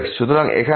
সুতরাং এখানে x